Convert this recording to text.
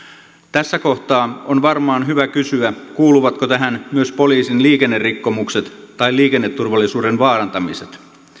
tässä kohtaa on varmaan hyvä kysyä kuuluvatko tähän myös poliisin liikennerikkomukset tai liikenneturvallisuuden vaarantamiset